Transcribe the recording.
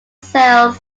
sales